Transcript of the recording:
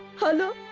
hello!